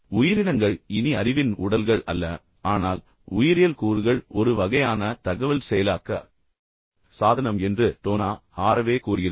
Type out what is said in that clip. உயிரினங்கள் இனி அறிவின் உடல்கள் அல்ல ஆனால் உயிரியல் கூறுகள் ஒரு வகையான தகவல் செயலாக்க சாதனம் என்று டோனா ஹாரவே கூறுகிறார்